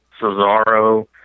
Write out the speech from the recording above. Cesaro